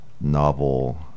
novel